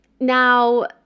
Now